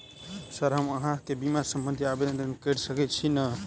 Sir हम अहाँ केँ बीमा संबधी आवेदन कैर सकै छी नै?